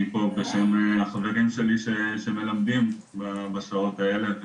אני פה בשם החברים שלי, שמלמדים בשעות האלה,